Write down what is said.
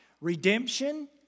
redemption